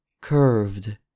curved